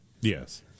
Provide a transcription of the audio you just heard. Yes